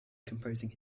composing